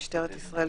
משטרת ישראל,